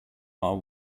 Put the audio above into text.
are